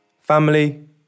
family